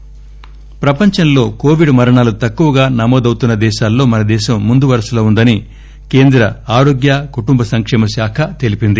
Covid నేషస్ ప్రపంచంలో Covid మరణాలు తక్కువగా నమోదవుతున్న దేశాలలో మన దేశం ముందు వరసలో ఉందని కేంద్ర ఆరోగ్య కుటుంబ సంక్షేమ శాఖ తెలిపింది